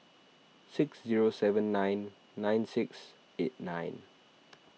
six zero seven nine nine six eight nine